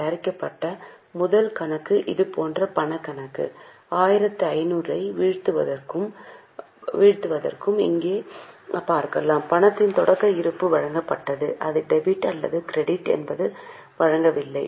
தயாரிக்கப்பட்ட முதல் கணக்கு இது போன்ற பணக் கணக்கு 1500 ஐ வீழ்த்துவதற்கு நீங்கள் இங்கே பார்க்கலாம் பணத்தின் தொடக்க இருப்பு வழங்கப்பட்டது அது டெபிட் அல்லது கிரெடிட் என்பதை வழங்கவில்லை